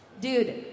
dude